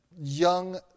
young